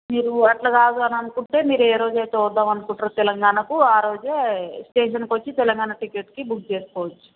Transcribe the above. మీరు అట్లా కాదు అని అనుకుంటే మీరు ఏ రోజు అయితే వద్దాం అనుకుంటరో తెలంగాణకు ఆరోజు స్టేషన్కు వచ్చి తెలంగాణ టికెట్స్కి బుక్ చేసుకోవచ్చు